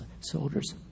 soldiers